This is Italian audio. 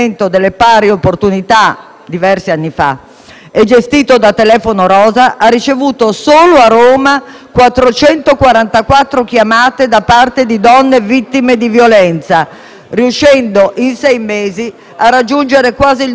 e gestito da Telefono Rosa, ha ricevuto solo a Roma 444 chiamate da parte di donne vittime di violenza, riuscendo in sei mesi quasi a raggiungere il numero totale di telefonate del 2017.